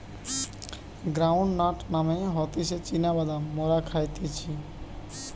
ground nut মানে হতিছে চীনা বাদাম মোরা খাইতেছি